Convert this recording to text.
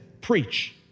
preach